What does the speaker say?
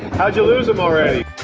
how'd you lose em already?